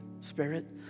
spirit